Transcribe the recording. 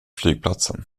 flygplatsen